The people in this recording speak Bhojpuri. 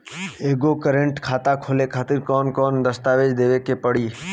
एगो करेंट खाता खोले खातिर कौन कौन दस्तावेज़ देवे के पड़ी?